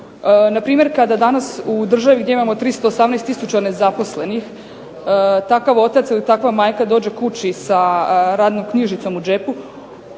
Npr. kada danas u državi gdje imamo 318 tisuća nezaposlenih takav otac ili takva majka dođe kući sa radnom knjižicom u džepu